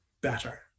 better